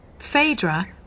Phaedra